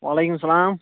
وعلیکُم السلام